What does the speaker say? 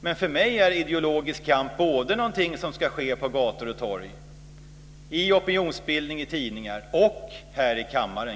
Men för mig är ideologisk kamp något som ska ske såväl på gator och torg som i opinionsbildning i tidningar och här i kammaren,